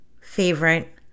favorite